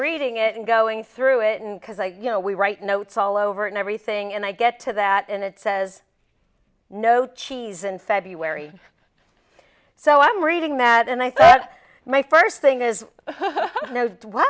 reading it and going through it and because i you know we write notes all over and everything and i get to that and it says no cheese in february so i'm reading that and i think that my first thing is